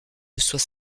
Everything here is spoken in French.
reçoit